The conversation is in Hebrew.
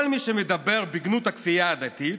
כל מי שמדבר בגנות הכפייה הדתית